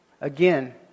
again